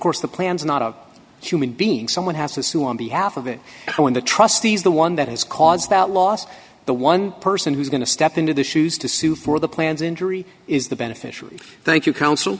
course the plan's not a human being someone has to sue on behalf of it when the trustees the one that has caused that loss the one person who's going to step into the shoes to sue for the plans injury is the beneficiary thank you counsel